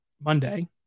Monday